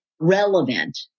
relevant